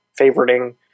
favoriting